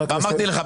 אמרתי לך,